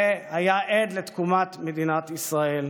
והיה עד לתקומת מדינת ישראל,